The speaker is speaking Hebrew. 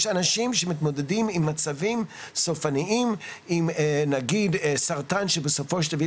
יש אנשים שמתמודדים עם מצבים סופניים עם נגיד סרטן שיביא